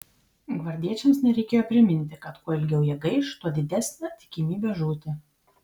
gvardiečiams nereikėjo priminti kad kuo ilgiau jie gaiš tuo didesnė tikimybė žūti